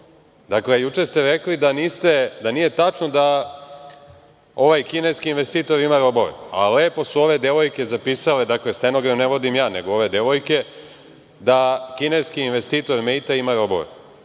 juče ste rekli da nije tačno da ovaj kineski investitor ima robove, a lepo su ove devojke zapisale, dakle, stenogram ne vodim ja, nego ove devojke, da kineski investitor „Meita“ ima robove